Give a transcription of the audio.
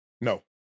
No